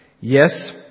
Yes